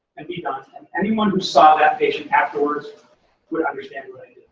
and be done. and anyone who saw that patient afterwards would understand